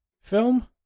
film